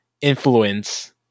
influence